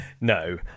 No